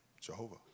Jehovah